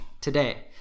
today